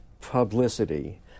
publicity